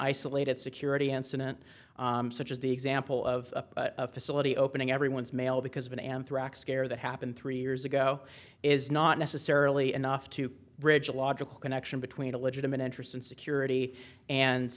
isolated security incident such as the example of a facility opening everyone's mail because of an anthrax scare that happened three years ago is not necessarily enough to bridge a logical connection between a legitimate interest in security